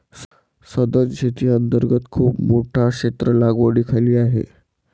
सधन शेती अंतर्गत खूप मोठे क्षेत्र लागवडीखाली आहे